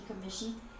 Commission